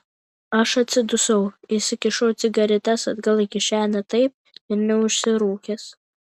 aš atsidusau įsikišau cigaretes atgal į kišenę taip ir neužsirūkęs